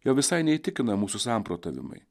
jo visai neįtikina mūsų samprotavimai